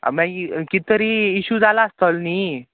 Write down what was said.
आं मागी कित तरी इशू जाला आसतलो न्ही